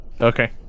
Okay